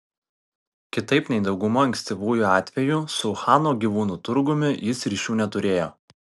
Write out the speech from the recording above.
kitaip nei dauguma ankstyvųjų atvejų su uhano gyvūnų turgumi jis ryšių neturėjo